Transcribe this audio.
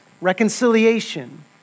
reconciliation